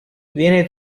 viene